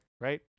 right